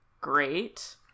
Great